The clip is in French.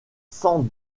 sans